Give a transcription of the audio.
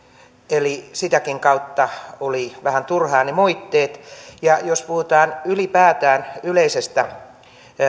eli sitäkin kautta olivat vähän turhia ne moitteet ja jos puhutaan ylipäätään yleisestä